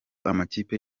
amakipe